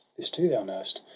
this too thou know'st,